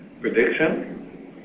prediction